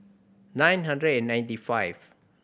nine hundred and ninety five